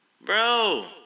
Bro